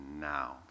now